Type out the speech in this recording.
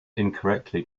incorrectly